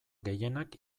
gehienak